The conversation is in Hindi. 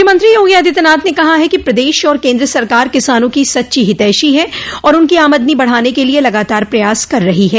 मुख्यमंत्री योगी आदित्यनाथ ने कहा है कि प्रदेश और केन्द्र सरकार किसानों की सच्ची हितैषी है और उनकी आमदनी बढ़ाने के लिये लगातार प्रयास कर रही है